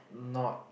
not